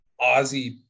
Ozzy